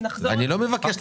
נחזור אליכם עם